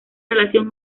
relación